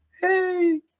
hey